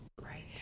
right